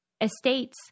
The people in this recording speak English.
estates